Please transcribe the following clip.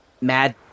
Mad